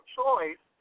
choice